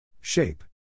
Shape